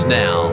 now